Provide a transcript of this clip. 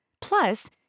Plus